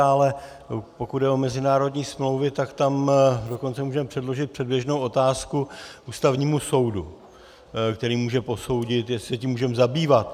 Ale pokud jde o mezinárodní smlouvy, tak tam dokonce můžeme předložit předběžnou otázku Ústavnímu soudu, který může posoudit, jestli se tím můžeme zabývat.